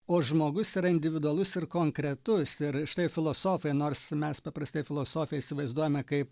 o žmogus yra individualus ir konkretus ir štai filosofai nors mes paprastai filosofiją įsivaizduojame kaip